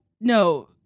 No